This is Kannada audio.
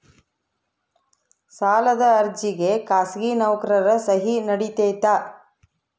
ಸಾಲದ ಅರ್ಜಿಗೆ ಖಾಸಗಿ ನೌಕರರ ಸಹಿ ನಡಿತೈತಿ?